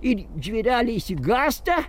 ir žvėreliai išsigąsta